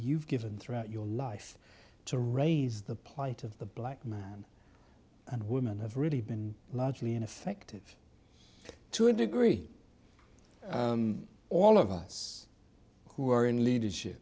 you've given throughout your life to raise the plight of the black man and women have really been largely ineffective to a degree all of us who are in leadership